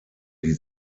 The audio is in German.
die